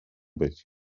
być